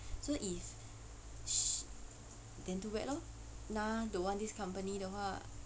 so if sh~ then too bad lor na don't want this company then !wah!